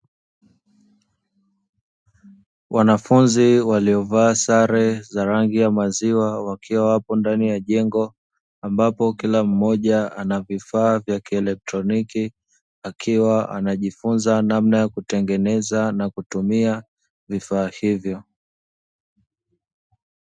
Wanafunzi, waliovaa sare, za rangi ya maziwa, wakiwa wapo ndani ya jengo, ambapo kila mmoja anavifaa vya kielektroniki, akiwa anajifunza, namna kutengeneza, na kutumia, wifaa hivyo.